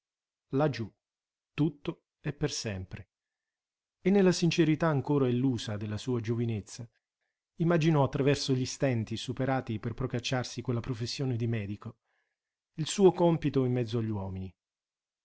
laggiù tutto e per sempre e nella sincerità ancora illusa della sua giovinezza immaginò attraverso gli stenti superati per procacciarsi quella professione di medico il suo compito in mezzo agli uomini